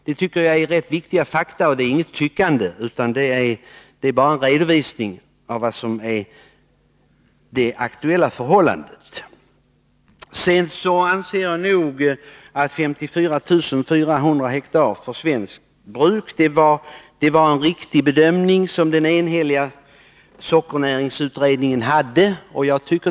Detta tycker jag är rätt viktiga fakta, och det är inget tyckande utan en redovisning av det aktuella förhållandet. Jag anser att den enhälliga sockernäringsutredningens bedömning — 54 400 hektar för svenskt bruk — var riktig.